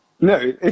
No